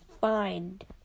find